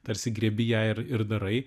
tarsi griebi ją ir ir darai